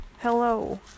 Hello